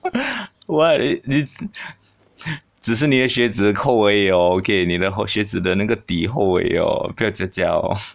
why it's 只是 negotiate 的扣口味 okay 你的好鞋子的那个的后卫 or catch a gel